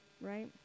right